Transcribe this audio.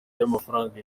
y’amafaranga